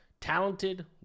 talented